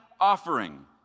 offering